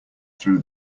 through